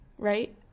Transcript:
right